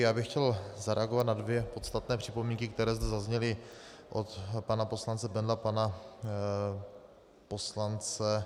Já bych chtěl zareagovat na dvě podstatné připomínky, které zde zazněly od pana poslance Bendla a od pana poslance...